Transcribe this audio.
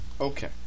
Okay